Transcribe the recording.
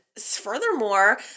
furthermore